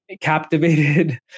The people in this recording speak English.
captivated